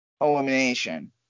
elimination